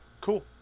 cool